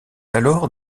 alors